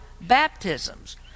baptisms